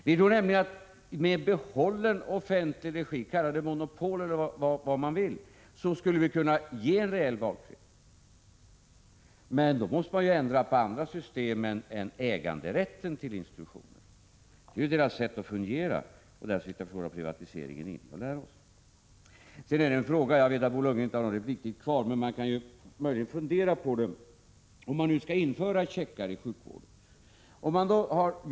Vi tror nämligen att vi med behållen offentlig regi, kalla det monopol eller för vad som helst, skall kunna ge en reell valfrihet. Men då måste man ändra på andra system än äganderätten i fråga om institutioner. Det är deras sätt att fungera. Därför tror jag inte att privatiseringen har någonting att lära oss. Sedan är det en annan fråga som jag vill ta upp. Jag vet att Bo Lundgren inte längre har någon replikrätt, men man kan möjligen fundera på det här med checkar inom sjukvården.